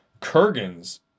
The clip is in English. Kurgan's